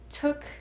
Took